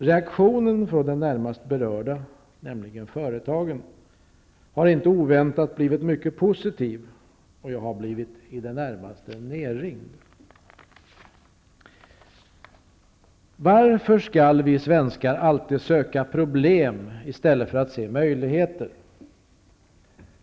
Reaktionen från de närmast berörda, nämligen företagen, har inte oväntat blivit mycket positiv, och jag har blivit i det närmaste nedringd. Varför skall vi svenskar alltid söka problem i stället för att se möjligheter?